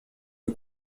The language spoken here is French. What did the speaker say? eut